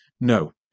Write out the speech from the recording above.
no